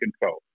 control